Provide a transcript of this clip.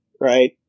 right